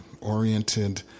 oriented